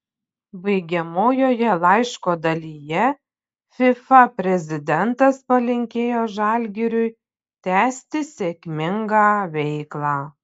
baigiamojoje laiško dalyje fifa prezidentas palinkėjo žalgiriui tęsti sėkmingą veiklą